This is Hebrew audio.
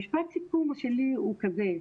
משפט הסיכום הוא כזה.